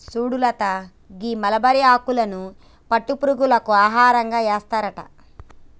సుడు లత గీ మలబరి ఆకులను పట్టు పురుగులకు ఆహారంగా ఏస్తారట